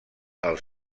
els